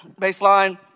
baseline